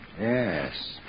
Yes